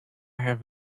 have